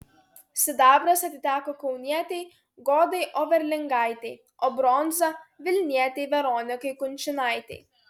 sidabras atiteko kaunietei godai overlingaitei o bronza vilnietei veronikai kunčinaitei